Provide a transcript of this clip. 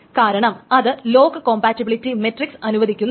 കാരണം അത് lock compatibility metrics അനുവദിക്കുന്നില്ല